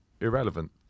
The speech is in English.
irrelevant